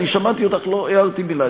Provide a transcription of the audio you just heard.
אני שמעתי אותך, לא הערתי מילה.